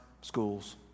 schools